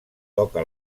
toca